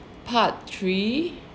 part three